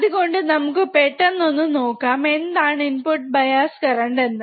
അത്കൊണ്ട് നമുക്ക് പെട്ടന്ന് ഒന്ന് നോക്കാം എന്താണ് ഇൻപുട് ബയാസ് കറന്റ് എന്ന്